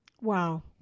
Wow